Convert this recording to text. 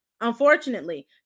unfortunately